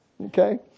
Okay